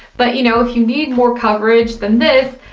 but you know, if you need more coverage than this,